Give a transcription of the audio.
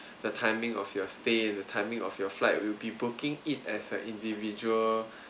the timing of your stay the timing of your flight will be booking in as a individual